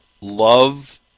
love